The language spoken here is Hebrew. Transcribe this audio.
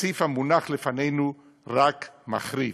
שהתקציב המונח לפנינו רק מחריף.